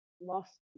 lost